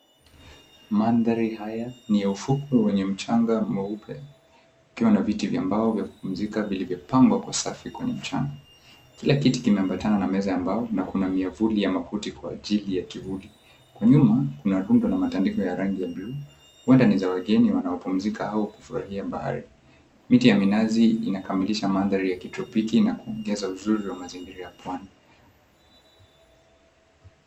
Mandhari haya ni ya ufuko wenye mchanga mweupe, ukiwa na viti vya mbao vya kukunjika vilivyopangwa kwa safi kwenye mchanga. Kila kiti kimeambatana na meza ya mbao, na kuna miavuli ya makuti kwa ajili ya kivuli. Kwa nyuma kuna rundo la matandiko ya rangi ya blue ; huwenda ni za wageni wanaopumzika au kufurahia bahari. Miti ya minazi inakamilisha mandhari ya kitropiki na kuongeza uzuri wa mazingira ya pwani.